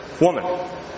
woman